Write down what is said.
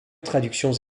traductions